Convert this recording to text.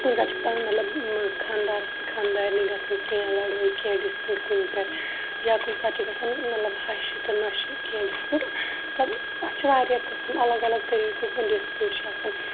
کُنہِ ساتہٕ چھُ مَطلَب خاندارَس تہٕ خاندارنہِ گَژھان کینٛہہ لَڑٲے کینٛہہ ڈِسپیوٗٹ کُنہِ پیٹھ یا کُنہِ ساتہٕ چھُ گَژھان مَطلَب ہَشہِ تہٕ نۄشہِ کینٛہہ ڈِسپیوٗٹ مَطلَب اَتھ چھِ واریاہ قسم اَلَگ اَلَگ طریقُک ڈِسپیوٗٹ چھُ آسان